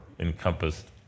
encompassed